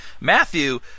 Matthew